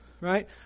right